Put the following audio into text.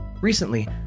Recently